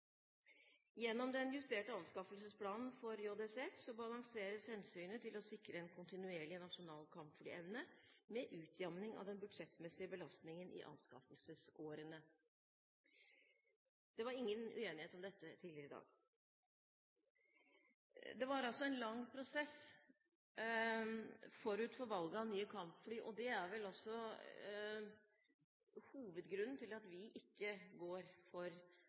Gjennom den justerte anskaffelsesplanen for JSF balanseres hensynet til å sikre en kontinuerlig nasjonal kampflyevne med utjevning av den budsjettmessige belastningen i anskaffelsesårene. Det var ingen uenighet om dette tidligere i dag. Det var altså en lang prosess forut for valget av nye kampfly, og det er vel også hovedgrunnen til at vi ikke går inn for